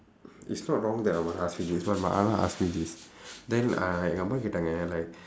it's not wrong that our mother ask me this but my mother ask me this then uh எங்கே அம்மா கேட்டாங்க:engkee ammaa keetdaangka like